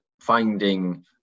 finding